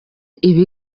ibi